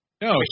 No